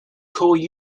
corps